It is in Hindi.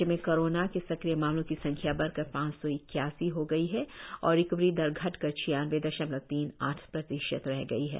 राज्य में कोरोना के सक्रिय मामलों की संख्या बढ़कर पांच सौ इक्यासी हो गई है और रिकवरी दर घटकर छियानबे दशमलव तीन आठ प्रतिशत रह गई है